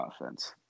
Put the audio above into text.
offense